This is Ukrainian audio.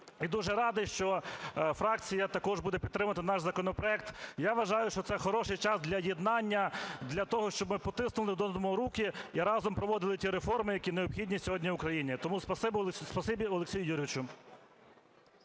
дуже радий, що фракція також буде підтримувати наш законопроект. Я вважаю, що це хороший час для єднання, для того, щоб ми потиснули один одному руки і разом проводили ті реформи, які необхідні сьогодні Україні. Тому спасибі, Олексію Юрійовичу.